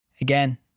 Again